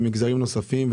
למגזרים נוספים,